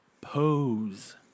pose